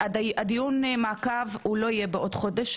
דיון המעקב לא יהיה בעוד חודש,